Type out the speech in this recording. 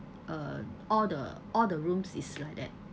uh all the all the rooms is like that